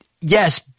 Yes